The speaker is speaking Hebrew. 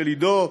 של עידו,